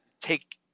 take –